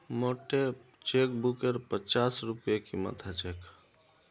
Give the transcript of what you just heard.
मोटे चेकबुकेर पच्चास रूपए कीमत ह छेक